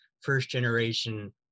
first-generation